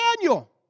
Daniel